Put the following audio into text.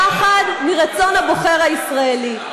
פחד מרצון הבוחר הישראלי.